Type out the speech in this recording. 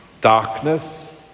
darkness